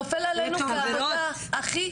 נופלת עלינו העבודה הכי קשה.